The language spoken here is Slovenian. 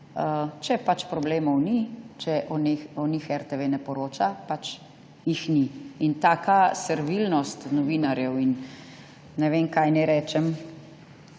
Če problemov ni, če o njih RTV ne poroča, jih pač ni. Taka servilnost novinarjev in ne vem, kaj naj rečem,